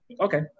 Okay